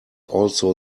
also